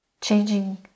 Changing